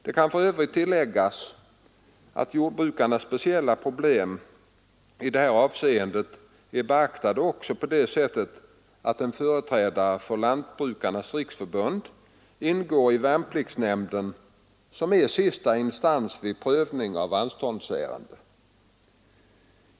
Det kan för övrigt tilläggas att jordbrukarnas speciella problem i det här avseendet är beaktade också på det sättet att en företrädare för Lantbrukarnas riksförbund ingår i värnpliktsnämnden, som är sista instans vid prövningen av anståndsärenden.